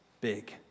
big